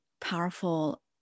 powerful